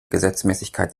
gesetzmäßigkeit